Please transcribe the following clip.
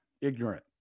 ignorant